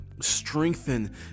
strengthen